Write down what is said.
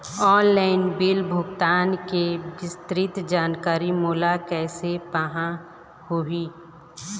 Online bill भुगतान के विस्तृत जानकारी मोला कैसे पाहां होही?